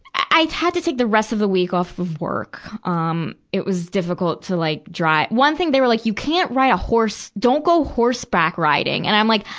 i had to take the rest of the week off of work. um it was difficult to like dri one thing, they were like, you can't ride a horse. don't go horseback riding. and i'm like,